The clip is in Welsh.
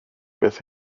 beth